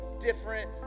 different